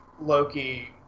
loki